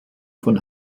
von